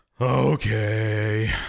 okay